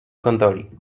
gondoli